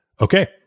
Okay